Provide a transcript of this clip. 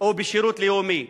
או שירות לאומי,